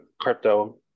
crypto